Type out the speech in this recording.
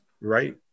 Right